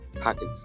pockets